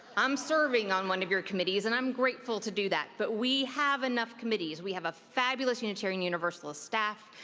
i'm serving on one of your committees and i'm grateful to do that, but we have enough committees. we have a fabulous unitarian universalist staff